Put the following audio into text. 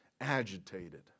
agitated